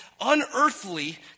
unearthly